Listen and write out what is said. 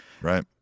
Right